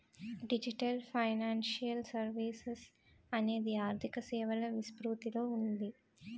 digital financial services అనేది ఆర్థిక సేవల విస్తృతిలో ఉంది